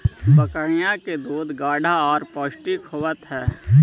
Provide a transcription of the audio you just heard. बकरियों के दूध गाढ़ा और पौष्टिक होवत हई